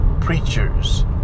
preachers